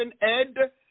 ed